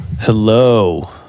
Hello